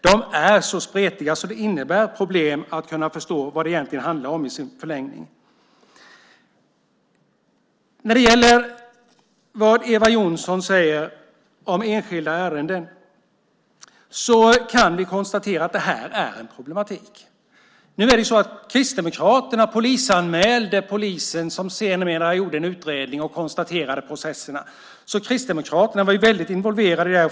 De är så spretiga att det innebär problem att förstå vad de egentligen handlar om i sin förlängning. När det gäller vad Eva Johnsson säger om enskilda ärenden kan vi konstatera att det är en problematik. Kristdemokraterna polisanmälde polisen som sedermera gjorde en utredning och konstaterade processerna. Kristdemokraterna var väldigt involverade i det.